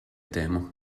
temo